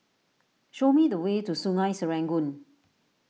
show me the way to Sungei Serangoon